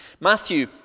Matthew